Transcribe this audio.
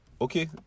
okay